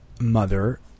mother